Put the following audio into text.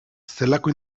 zelako